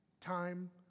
time